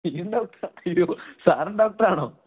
നീയും ഡോക്ടറാണോ അയ്യോ സാറും ഡോക്ടറാണോ